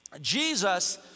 Jesus